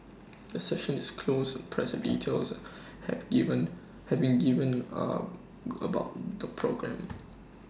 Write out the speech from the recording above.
the session is closed press details have given have been given about the programme